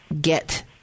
get